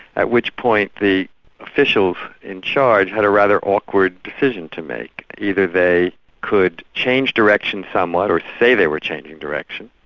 at which point the officials in charge had a rather awkward decision to make either they could change direction somewhat, or say they were changing direction,